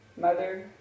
mother